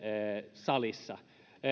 salissa